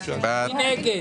מי נגד,